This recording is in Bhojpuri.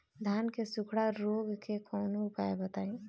धान के सुखड़ा रोग के कौनोउपाय बताई?